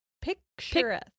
Picture